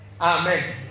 Amen